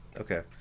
Okay